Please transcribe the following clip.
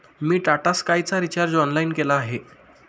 मी टाटा स्कायचा recharge online केला आहे